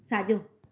साॼो